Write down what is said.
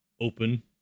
open